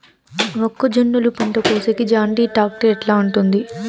మొక్కజొన్నలు పంట కోసేకి జాన్డీర్ టాక్టర్ ఎట్లా ఉంటుంది?